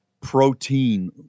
protein